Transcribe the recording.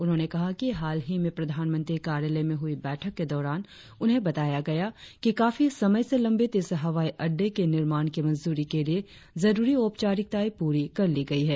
उन्होंने कहा कि हालही में प्रधानमंत्री कार्यालय में हुई बैठक के दौरान उन्हें बताया गया कि काफी समय से लंबित इस हवाई अड़डे के निर्माण की मंजूरी के लिए जरुरी औपचारिकताएं पूरी कर ली गई है